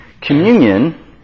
Communion